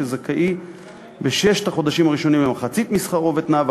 שזכאים בששת החודשים הראשונים למחצית שכרם ותנאיו,